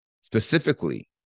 Specifically